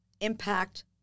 impact